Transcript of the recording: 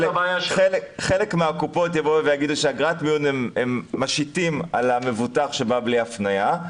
חלק מהקופות יגידו שאגרת מיון הן משיתות על המבוטח שבא בלי הפניה,